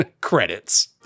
Credits